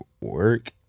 work